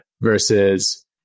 versus